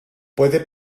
puede